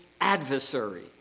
adversary